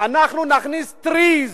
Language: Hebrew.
אנחנו נתקע טריז,